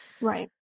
Right